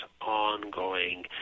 ongoing